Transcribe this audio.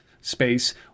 space